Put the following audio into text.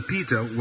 Peter